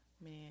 Man